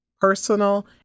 personal